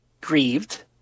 grieved